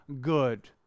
good